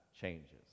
changes